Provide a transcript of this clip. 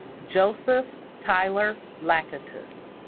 joseph tyler lacatus